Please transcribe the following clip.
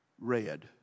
red